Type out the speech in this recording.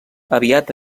aviat